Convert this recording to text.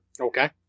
Okay